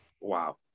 wow